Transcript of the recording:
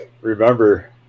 remember